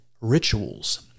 rituals